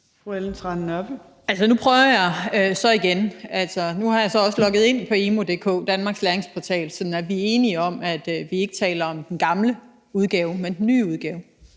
Ellen Trane Nørby (V): Nu prøver jeg så igen. Nu har jeg så også logget ind på emu.dk – danmarks læringsportal, sådan at vi er enige om, at vi ikke taler om den gamle udgave, men om den nye udgave.